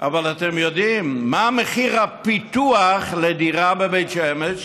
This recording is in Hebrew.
אבל אתם יודעים מה מחיר הפיתוח לדירה בבית שמש?